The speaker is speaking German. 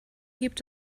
gibt